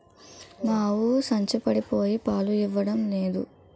మా ఆవు సంచపడిపోయి పాలు ఇవ్వడం నేదు